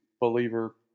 believer